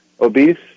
Obese